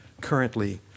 currently